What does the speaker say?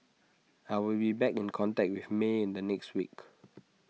I will be back in contact with may in the next week